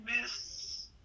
miss